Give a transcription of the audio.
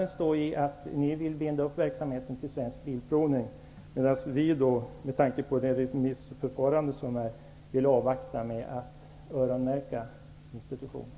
Ni vill binda verksamheten till Svensk Bilprovning. Vi vill, med tanke på det remissförfarande som pågår, avvakta med att öronmärka institutioner.